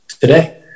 today